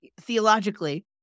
theologically